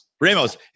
Ramos